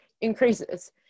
increases